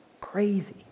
Crazy